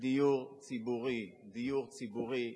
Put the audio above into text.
דיור ציבורי, דיור ציבורי.